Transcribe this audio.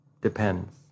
Depends